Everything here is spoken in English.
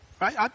Right